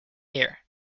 year